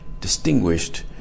distinguished